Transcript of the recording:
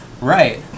right